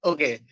Okay